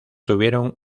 tuvieron